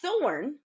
thorn